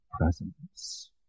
presence